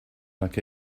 like